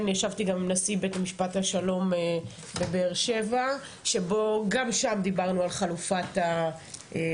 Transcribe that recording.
ישבתי גם עם נשיא בית השלום בבאר שבע שבו גם שם דיברנו על חלופת המעצר,